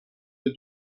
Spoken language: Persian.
اهل